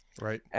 Right